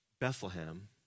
Bethlehem